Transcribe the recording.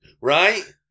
Right